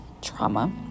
trauma